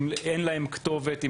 אם אין להם כתובת,